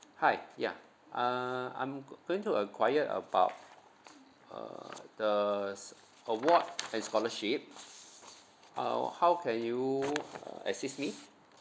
hi yeah uh I'm go~ going to enquire about uh the s~ award and scholarship uh how can you uh assist me